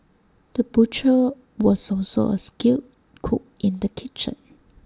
the butcher was also A skilled cook in the kitchen